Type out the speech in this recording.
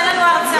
תן לנו הרצאה.